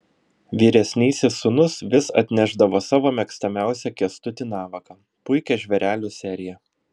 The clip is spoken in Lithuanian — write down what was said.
vyresnysis sūnus vis atnešdavo savo mėgstamiausią kęstutį navaką puikią žvėrelių seriją